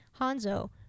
Hanzo